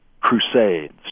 crusades